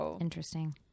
Interesting